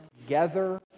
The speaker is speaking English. together